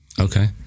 Okay